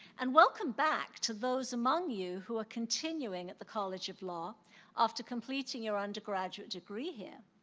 and welcome back to those among you who are continuing at the college of law after completing your undergraduate degree here.